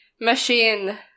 machine